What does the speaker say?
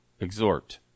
exhort